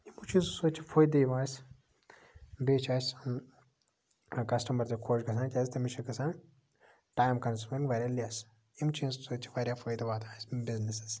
وٕچھِو سُہ چھُ فٲیدٕ یِوان اَسہِ بیٚیہِ چھُ اَسہِ کَسٹَمَر تہِ خۄش گژھان کیازِ تٔمِس چھےٚ گژھان ٹایم کَنزیوٗم واریاہ لیس اَمہِ چیٖز سۭتۍ چھُ اَسہِ واریاہ فٲیدٕ واتان اسہِ بِزنِسَس